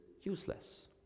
useless